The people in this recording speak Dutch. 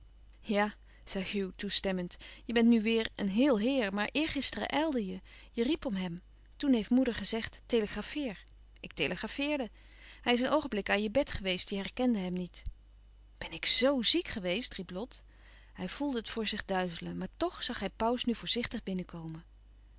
ja zei hugh toestemmend je bent nu weêr een héél heer maar eergisteren ijlde je je riep om hem toen heeft moeder gezegd telegrafeer ik telegrafeerde hij is een oogenblik aan je bed geweest je herkende hem niet ben ik zoo ziek geweest riep lot hij voelde het voor zich duizelen maar tch zag hij pauws nu voorzichtig